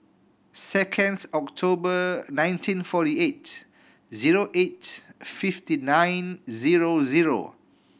second October nineteen forty eight zero eight fifty nine zero zero